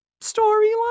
storyline